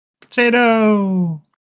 potato